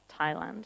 Thailand